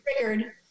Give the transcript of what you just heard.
triggered